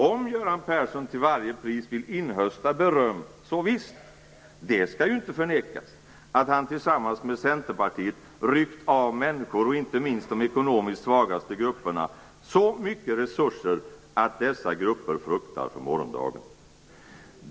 Om Göran Persson till varje pris vill inhösta beröm, så visst, det skall ju inte förnekas att han tillsammans med Centerpartiet ryckt av människor, inte minst de ekonomiskt svagaste grupperna, så mycket resurser att dessa grupper fruktar för morgondagen.